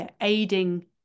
aiding